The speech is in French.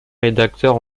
rédacteur